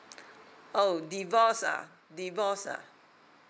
oh divorced ah divorced ah